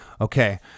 Okay